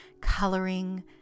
coloring